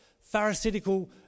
pharisaical